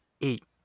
eight